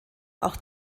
auch